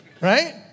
Right